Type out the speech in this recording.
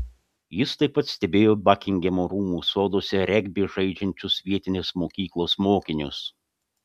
jis taip pat stebėjo bakingamo rūmų soduose regbį žaidžiančius vietinės mokyklos mokinius